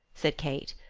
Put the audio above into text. said kate.